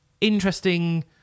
Interesting